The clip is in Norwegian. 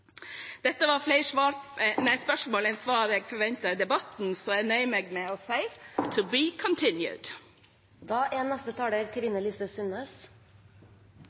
Dette var flere spørsmål enn jeg forventer svar på i debatten, så jeg nøyer meg med å